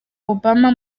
obama